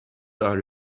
are